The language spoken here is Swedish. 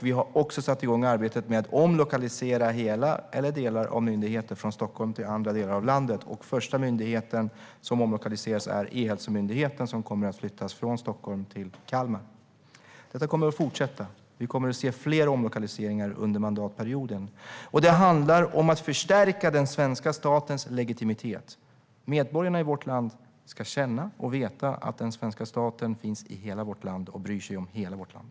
Vi har också satt igång arbetet med att omlokalisera hela eller delar av myndigheter från Stockholm till andra delar av landet. Den första myndighet som omlokaliseras är Ehälsomyndigheten, som kommer att flyttas från Stockholm till Kalmar. Detta kommer att fortsätta. Vi kommer att se fler omlokaliseringar under mandatperioden. Det handlar om att förstärka den svenska statens legitimitet. Medborgarna i vårt land ska känna och veta att den svenska staten finns i hela vårt land och bryr sig om hela vårt land.